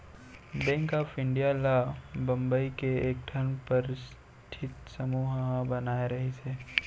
bank of India ल बंबई के एकठन परस्ठित समूह ह बनाए रिहिस हे